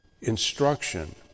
instruction